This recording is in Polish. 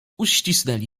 uścisnęli